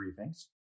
briefings